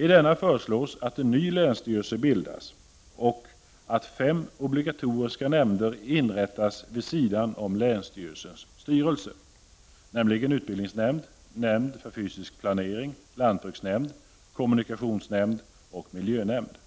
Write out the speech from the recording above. I denna föreslås att en ny länsstyrelse bildas och att fem obligatoriska nämnder inrättas vid sidan av länsstyrelsens styrelse — nämligen utbildningsnämnd, nämnd för fysisk planering, lantbruksnämnd, kommunikationsnämnd och miljönämnd.